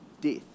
death